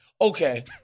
Okay